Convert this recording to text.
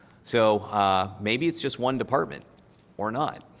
so ah maybe it's just one department or not.